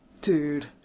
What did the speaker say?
dude